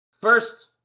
first